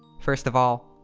first of all,